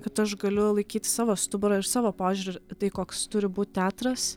kad aš galiu laikyti savo stuburą ir savo požiūrį tai koks turi būt teatras